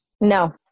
No